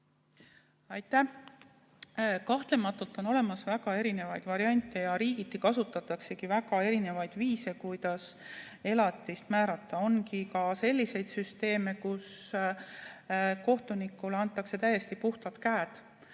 Aitäh! Kahtlemata on olemas väga erisuguseid variante ja riigiti kasutataksegi väga erisuguseid viise, kuidas elatist määrata. On ka selliseid süsteeme, kus kohtunikule antakse täiesti vabad käed